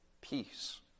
peace